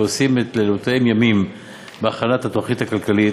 שעושים את לילותיהם כימים בהכנת התוכנית הכלכלית.